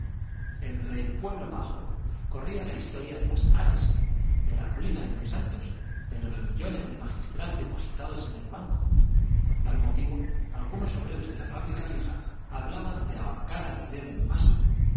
entre el pueblo bajo corría la historia de las aras de la ruina de don santos de los millones del magistral depositados en el banco con tal motivo algunos obreros de la fábrica vieja hablaban de ahorcar al clero en masa